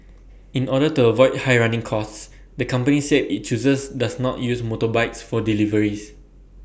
in order to avoid high running costs the company said IT chooses does not use motorbikes for deliveries